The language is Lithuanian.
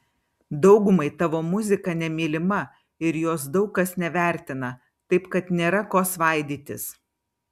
daugumai tavo muzika nemylima ir jos daug kas nevertina taip kad nėra ko svaidytis